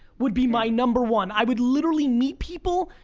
would be my number one. i would literally meet people,